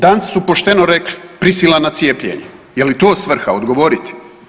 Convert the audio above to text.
Danci su pošteno rekli prisila na cijepljenje, je li to svrha, odgovorite?